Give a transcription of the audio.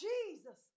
Jesus